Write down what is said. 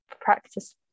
practice